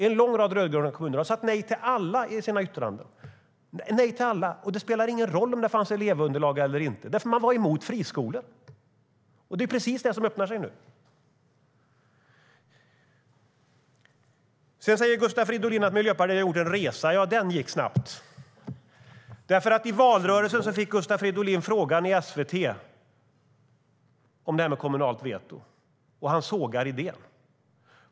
En lång rad rödgröna kommuner har sagt nej till alla, och det har inte spelat någon roll om det har funnits elevunderlag eller inte. Man var emot friskolor. Nu öppnar sig möjligheten för kommuner att säga nej på den grunden. Sedan säger Gustav Fridolin att Miljöpartiet har gjort en resa. Den gick snabbt! I valrörelsen fick Gustav Fridolin frågan i SVT om detta med kommunalt veto, och han sågade den idén.